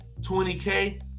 20K